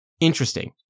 interesting